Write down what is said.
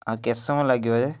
ଆଉ କେତ ସମୟ ଲାଗିବ ହେ